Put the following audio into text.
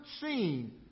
seen